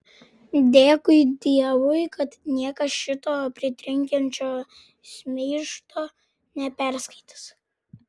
dėkui dievui kad niekas šito pritrenkiančio šmeižto neperskaitys